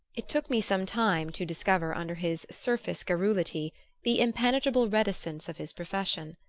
it took me some time to discover under his surface garrulity the impenetrable reticence of his profession,